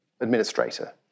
administrator